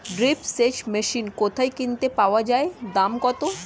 Drip সেচ machine কোথায় কিনতে পাওয়া যায় দাম কত?